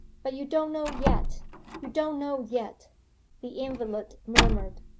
but you don't know yet you don't know yet the invalid murmured.